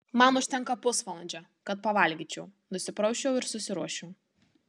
man užtenka pusvalandžio kad pavalgyčiau nusiprausčiau ir susiruoščiau